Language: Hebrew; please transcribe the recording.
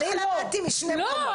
אני למדתי משני מקומות,